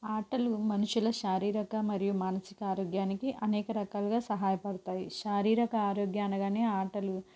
ఆటలు మనుషుల శారీరక మరియు మానసిక ఆరోగ్యానికి అనేక రకాలుగా సహాయపడతాయి శారీరక ఆరోగ్య అనగానే ఆటలు